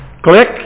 Click